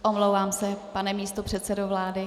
Omlouvám se, pane místopředsedo vlády.